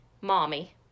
Mommy